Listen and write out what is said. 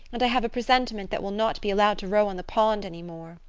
and i have a presentiment that we'll not be allowed to row on the pond any more.